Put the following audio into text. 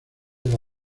del